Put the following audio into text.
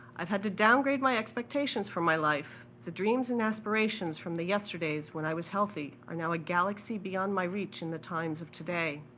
i've had to downgrade my expectations for my life. the dreams and aspirations from the yesterdays when i was healthy are now a galaxy beyond my reach in the times of today.